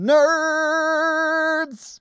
Nerds